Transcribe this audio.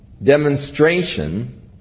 Demonstration